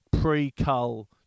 pre-cull